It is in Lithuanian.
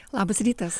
labas rytas